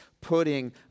putting